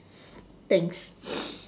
thanks